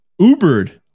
Ubered